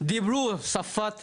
דיברו בשפה העברית,